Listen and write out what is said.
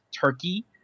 Turkey